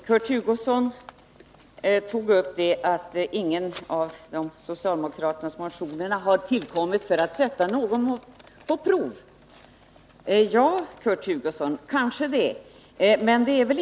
Herr talman! Kurt Hugosson menade att ingen av de socialdemokratiska motionerna har väckts för att någon skulle sättas på prov. Ja, Kurt Hugosson, kanske är det så.